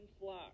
flock